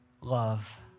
love